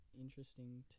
interesting